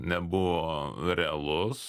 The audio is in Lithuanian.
nebuvo realus